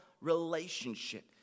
relationship